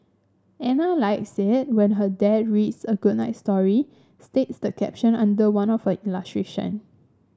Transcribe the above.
Ana likes it when her dad reads a good night story states the caption under one of the illustration